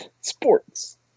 Sports